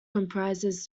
comprises